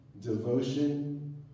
devotion